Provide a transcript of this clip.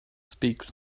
speaks